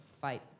fight